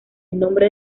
nombre